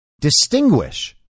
distinguish